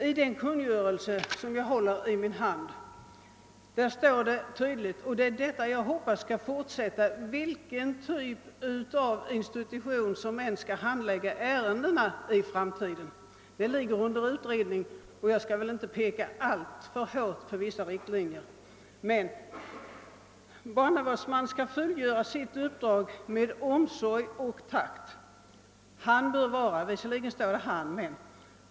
I den kungörelse som jag håller i min hand står tydligt följande, vilket jag hoppas skall iakttas i fortsättningen, vilken typ av institution som än skall handlägga ärendena i framtiden; frågan ligger under utredning och jag skall inte alltför mycket framhålla vissa riktlinjer: >Barnavårdsman skall fullgöra sitt uppdrag med omsorg och takt.